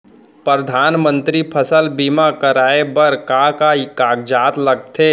परधानमंतरी फसल बीमा कराये बर का का कागजात लगथे?